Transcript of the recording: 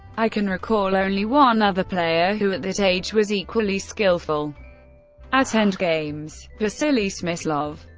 i can recall only one other player who at that age was equally skillful at endgames vasily smyslov.